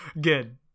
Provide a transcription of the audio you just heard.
Good